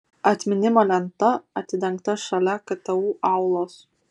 atminimo lenta atidengta šalia ktu aulos